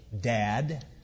Dad